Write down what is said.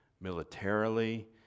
militarily